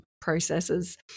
processes